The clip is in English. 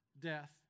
death